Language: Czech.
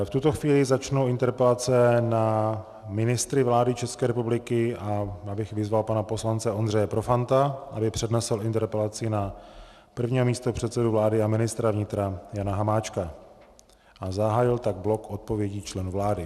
V tuto chvíli začnou interpelace na ministry vlády České republiky a já bych vyzval pana poslanec Ondřeje Profanta, aby přednesl interpelaci na prvního místopředsedu vlády a ministra vnitra Jana Hamáčka a zahájil tak blok odpovědí členů vlády.